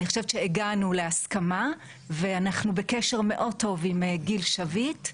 אני חושבת שהגענו להסכמה ואנחנו בקשר מאוד טוב עם גיל שביט,